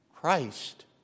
Christ